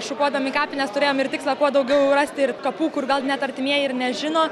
šukuodami kapines turėjom ir tikslą kuo daugiau rasti ir kapų kur gal net artimieji ir nežino